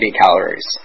calories